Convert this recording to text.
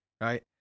right